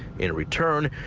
in return,